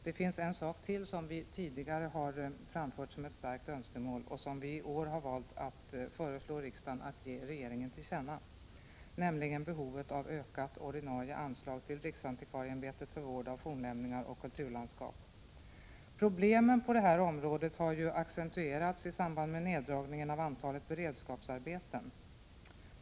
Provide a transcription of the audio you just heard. Det finns en sak till som vi tidigare har framfört som ett starkt önskemål och som vi i år valt att föreslå riksdagen att ge regeringen till känna —= Prot. 1986/87:130 nämligen behovet av ökade ordinarie anslag till riksantikvarieämbetet för 25 maj 1987 vård av fornlämningar och kulturlandskap. Problemen på detta område har accentuerats i samband med neddragning av antalet beredskapsarbeten.